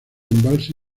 embalse